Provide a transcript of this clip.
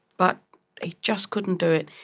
but he just couldn't do it,